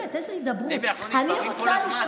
אני אומר לך למה.